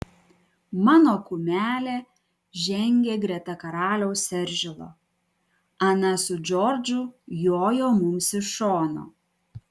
mano kumelė žengė greta karaliaus eržilo ana su džordžu jojo mums iš šono